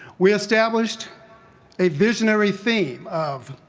we established a visionary theme of,